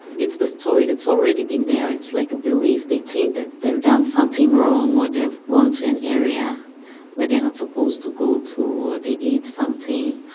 it's the story that's already been there, it's like a belief, they think they've done something wrong or they've gone to an area where they are not supposed to go to, or they ate something,